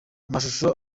amashusho